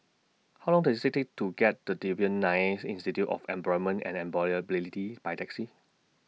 How Long Does IT Take to get to Devan Nair Institute of Employment and Employability By Taxi